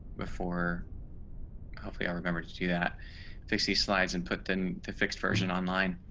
before hopefully i'll remember to do that fix the slides and put them the fixed version online.